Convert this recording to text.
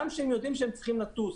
גם כשהם יודעים שהם צריכים לטוס.